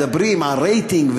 מדברים על רייטינג,